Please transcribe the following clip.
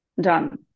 done